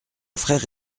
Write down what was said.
frère